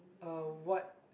uh what